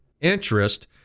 interest